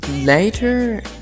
later